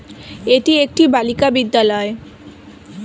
এটি একটি বালিকা বিদ্যালয়